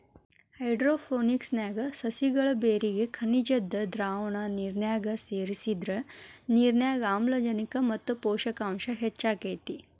hydroponics ನ್ಯಾಗ ಸಸಿಗಳ ಬೇರಿಗೆ ಖನಿಜದ್ದ ದ್ರಾವಣ ನಿರ್ನ್ಯಾಗ ಸೇರ್ಸಿದ್ರ ನಿರ್ನ್ಯಾಗ ಆಮ್ಲಜನಕ ಮತ್ತ ಪೋಷಕಾಂಶ ಹೆಚ್ಚಾಕೇತಿ